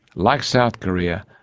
like south korea,